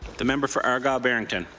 the member for argyle-barrington.